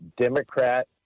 Democrat